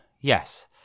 yes